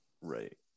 Right